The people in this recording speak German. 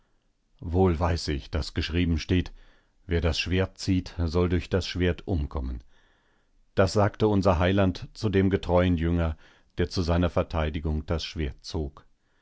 wohl weiß ich daß geschrieben steht wer das schwert zieht soll durch das schwert umkommen das sagte unser heiland zu dem getreuen jünger der zu seiner verteidigung das schwert zog